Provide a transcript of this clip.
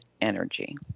energy